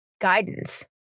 guidance